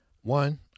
one